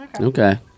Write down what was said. Okay